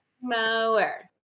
mower